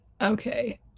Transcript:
okay